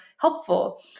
helpful